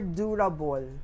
durable